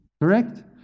Correct